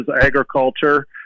agriculture